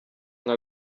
nka